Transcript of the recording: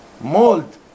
Mold